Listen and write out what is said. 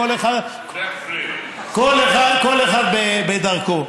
כל אחד בדרכו.